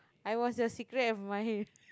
I was your secret admirer